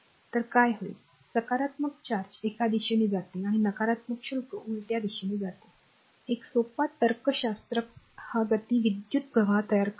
तर काय होईल सकारात्मक चार्ज एका दिशेने जाते आणि नकारात्मक शुल्क उलट दिशेने जाते एक सोपा तर्कशास्त्र हा गती विद्युत प्रवाह तयार करतो